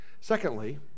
Secondly